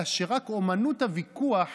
אלא שרק אומנות הוויכוח